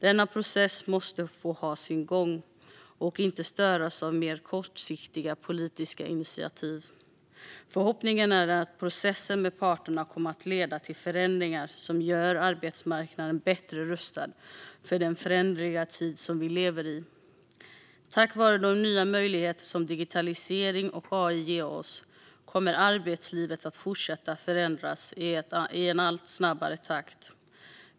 Denna process måste få ha sin gång och inte störas av mer kortsiktiga politiska initiativ. Förhoppningen är att processen med parterna kommer att leda till förändringar som gör arbetsmarknaden bättre rustad för den föränderliga tid som vi lever i. Tack vare de nya möjligheter som digitalisering och AI ger oss kommer arbetslivet att fortsätta att förändras i allt snabbare takt.